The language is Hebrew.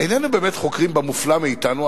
איננו חוקרים במופלא מאתנו,